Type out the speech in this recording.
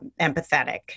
empathetic